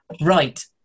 Right